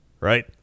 Right